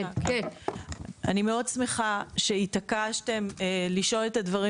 אני מאוד שמחה שהתעקשתם לשאול את הדברים